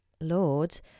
Lord